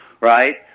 right